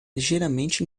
ligeiramente